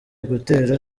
gutera